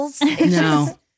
No